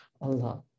Allah